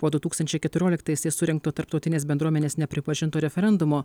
po du tūkstančiai keturioliktaisiais surengto tarptautinės bendruomenės nepripažinto referendumo